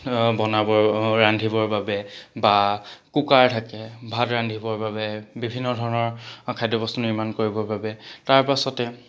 বনাবৰ ৰান্ধিবৰ বাবে বা কুকাৰ থাকে ভাত ৰান্ধিবৰ বাবে বিভিন্ন ধৰণৰ খাদ্যবস্তু নিৰ্মাণ কৰিবৰ বাবে তাৰপাছতে